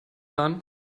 done